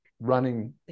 running